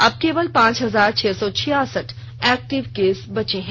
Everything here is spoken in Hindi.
अब केवल पांच हजार छह सौ छियासठ एक्टिव केस बचे हैं